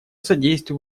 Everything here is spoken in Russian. содействию